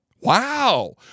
wow